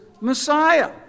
Messiah